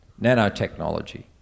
nanotechnology